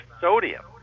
sodium